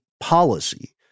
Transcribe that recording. Policy